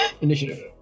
Initiative